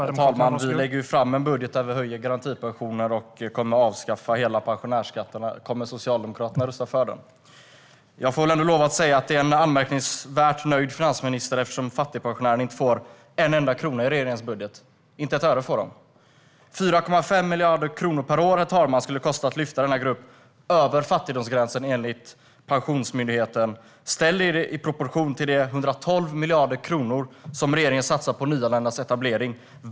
Herr talman! Vi lägger fram en budget där vi höjer garantipensionerna och avskaffar hela pensionärsskatten. Kommer Socialdemokraterna att rösta för detta? Jag får lov att säga att finansministern är anmärkningsvärt nöjd med tanke på att fattigpensionärerna inte får en enda krona i regeringens budget - inte ett öre får de! Det skulle kosta 4,5 miljarder kronor per år, herr talman, att lyfta denna grupp över fattigdomsgränsen, enligt Pensionsmyndigheten. Ställ detta i proportion till de 112 miljarder kronor som regeringen satsar på nyanländas etablering.